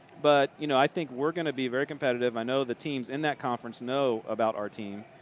but you know i think we're going to be very competitive. i know the teams in that conference know about our team.